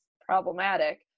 problematic